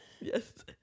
Yes